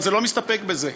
אבל אל נסתפק בזה.